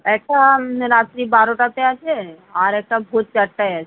একটা রাত্রি বারোটাতে আছে আর একটা ভোর চারটায় আছে